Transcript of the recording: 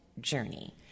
journey